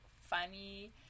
funny